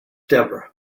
deborah